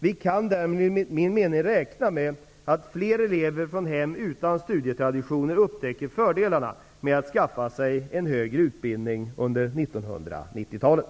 Vi kan därmed enligt min mening räkna med att fler elever från hem utan studietraditioner upptäcker fördelarna med att skaffa sig en högre utbildning under 1990-talet.